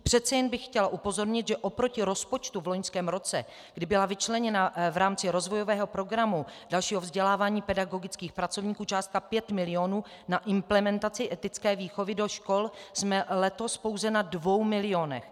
Přece jen bych chtěla upozornit, že oproti rozpočtu v loňském roce, kdy byla vyčleněna v rámci rozvojového programu dalšího vzdělávání pedagogických pracovníků částka pět milionů na implementaci etické výchovy do škol, jsme letos pouze na dvou milionech.